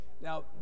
Now